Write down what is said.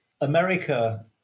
America